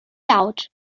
laut